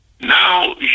Now